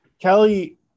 Kelly